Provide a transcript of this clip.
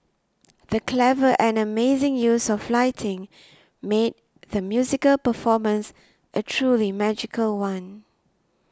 the clever and amazing use of lighting made the musical performance a truly magical one